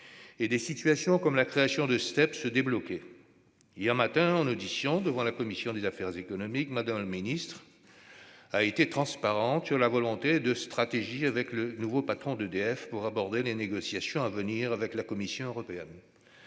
de stations de transfert d'énergie par pompage (Step). Hier matin, en audition devant la commission des affaires économiques, Mme la ministre a été transparente sur la volonté de stratégie avec le nouveau patron d'EDF pour aborder les négociations à venir avec la Commission européenne.